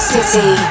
City